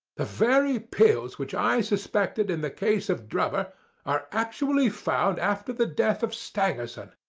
the very pills which i suspected in the case of drebber are actually found after the death of stangerson.